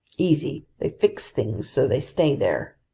easy. they fix things so they stay there.